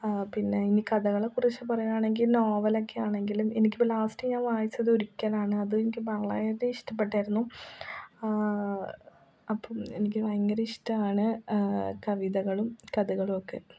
പിന്നെ ഇനി കഥകളെക്കുറിച്ച് പറയുകയാണെങ്കിൽ നോവലൊക്കെയാണെങ്കിലും എനിക്കിപ്പം ഞാൻ ലാസ്റ്റ് വായിച്ചതൊരിക്കലാണ് അതെനിക്ക് വളരെ ഇഷ്ടപ്പെട്ടായിരുന്നു അപ്പം എനിക്ക് ഭയങ്കര ഇഷ്ടമാണ് കവിതകളും കഥകളൊക്കെ